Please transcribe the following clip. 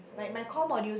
oh okay